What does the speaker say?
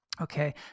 Okay